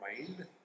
mind